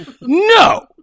no